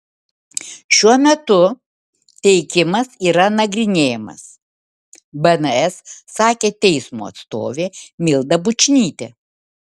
šiuo metu teikimas yra nagrinėjamas bns sakė teismo atstovė milda bučnytė